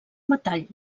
metall